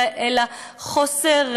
אלא חוסר